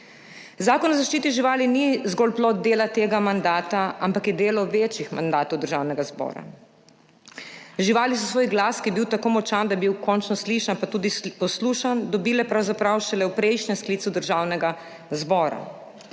Zakon o zaščiti živali ni zgolj plod dela tega mandata, ampak je delo več mandatov Državnega zbora. Živali so svoj glas, ki je bil tako močan, da je bil končno slišan pa tudi poslušan, dobile pravzaprav šele v prejšnjem sklicu Državnega zbora,